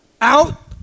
out